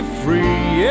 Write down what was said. free